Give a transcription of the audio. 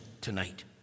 tonight